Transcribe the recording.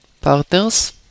partners